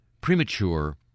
premature